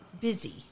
busy